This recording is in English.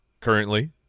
Currently